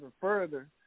further